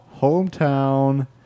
hometown